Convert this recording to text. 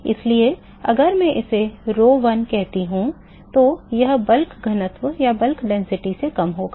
इसलिए अगर मैं इसे rho one कहता हूं तो यह बल्क घनत्व से कम होगा